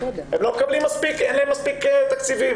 הם לא מקבלים מספיק כי אין להם מספיק תקציבים.